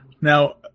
Now